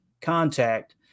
contact